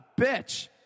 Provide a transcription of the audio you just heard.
bitch